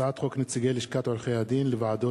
הצעת חוק נציגי לשכת עורכי-הדין לוועדות